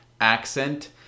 accent